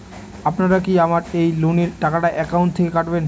আপনারা কি আমার এই লোনের টাকাটা একাউন্ট থেকে কাটবেন?